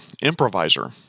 improviser